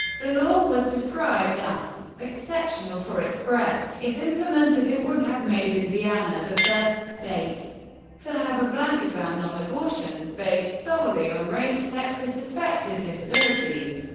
the law was described as exceptional for its breadth if implemented, it would have made indiana the first state to have a blanket ban on abortions based solely on race, sex or suspected disabilities,